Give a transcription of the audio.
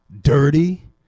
dirty